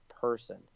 person